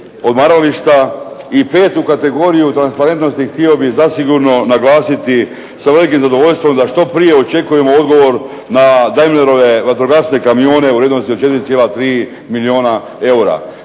odmarališta, i petu kategoriju transparentnosti htio bih zasigurno naglasiti sa velikim zadovoljstvom da što prije očekujemo odgovor na Daimlerove vatrogasne kamione u vrijednosti od 4,3 milijuna eura.